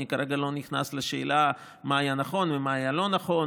אני כרגע לא נכנס לשאלה מה היה נכון ומה היה לא נכון